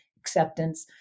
acceptance